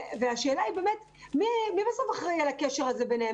השאלה היא מי אחראי על הקשר הזה ביניהם?